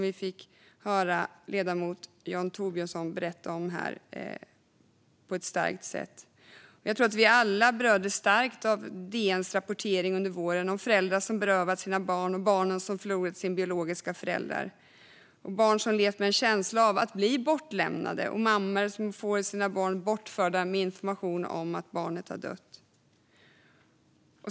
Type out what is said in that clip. Vi hörde ledamoten Jon Thorbjörnson berätta om det på ett starkt sätt, och jag tror att vi alla berördes starkt av DN:s rapportering under våren om föräldrar som berövats sina barn och barn som förlorat sina biologiska föräldrar. Barn har levt med en känsla av att ha blivit bortlämnade, och mammor har fått sina barn bortförda och informationen att barnet dött.